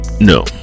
No